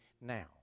now